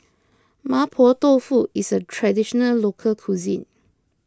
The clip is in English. Mapo Tofu is a Traditional Local Cuisine